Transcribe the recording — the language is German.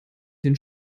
den